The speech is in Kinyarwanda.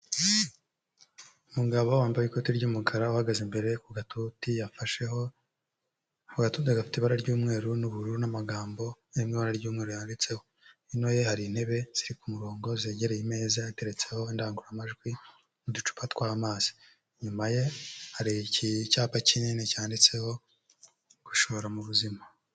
Umugabo wambaye ikoti ry'umukara uhagaze imbere ku gatuti yafasheho, ako gatuti gafite ibara ry'umweru n'ubururu n'amagambo ari mu ibara ry'umweru yanditseho, hino ye hari intebe ziri ku murongo zegereye imeza yateretseho indangururamajwi n'uducupa tw'amazi, inyuma ye hari icyapa kinini cyanditseho: '' Gushora mu buzima.''